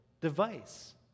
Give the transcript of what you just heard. device